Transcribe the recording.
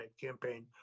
campaign